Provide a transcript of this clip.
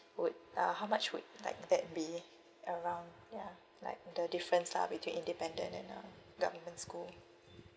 would uh how much would like that be around ya like the difference lah between independent and uh government school